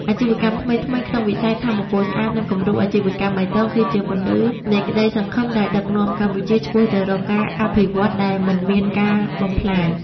អាជីវកម្មថ្មីៗក្នុងវិស័យថាមពលស្អាត និងគំរូអាជីវកម្មបៃតង គឺជាពន្លឺនៃក្ដីសង្ឃឹមដែលដឹកនាំកម្ពុជាឆ្ពោះទៅរកការអភិវឌ្ឍដែលមិនមានការបំផ្លាញ។